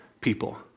people